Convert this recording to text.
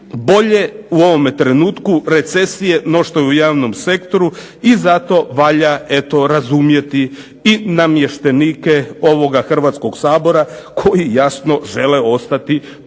bolje u ovome trenutku recesije no što je u javnom sektoru i zato valja eto razumjeti i namještenike ovoga Hrvatskoga sabora koji jasno žele ostati pod